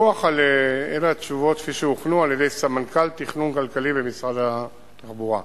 אלה התשובות כפי שהוכנו על-ידי סמנכ"ל תכנון כלכלי במשרד התחבורה: